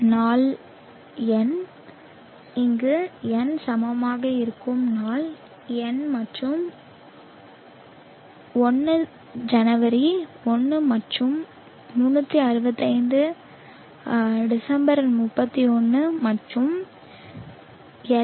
நாள் எண் இங்கு en சமமாக இருக்கும் நாள் எண் மற்றும் 1 ஜனவரி 1 மற்றும் 365 டிசம்பர் 31 மற்றும் எல்